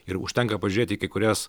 ir užtenka pažiūrėti į kai kurias